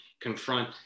confront